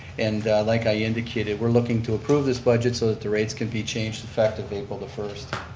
and like i indicated, we're looking to approve this budget so that the rates can be changed effective april the first.